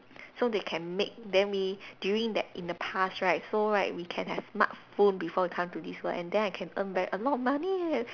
so they can make then we during that in the past right so right we can have smartphone before we come to this world and then I can earn back a lot of money eh